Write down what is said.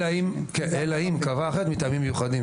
אלא אם קבע אחרת מטעמים מיוחדים.